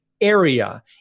area